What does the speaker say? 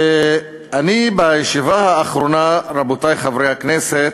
ואני בישיבה האחרונה, רבותי חברי הכנסת,